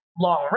long